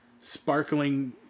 sparkling